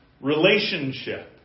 relationship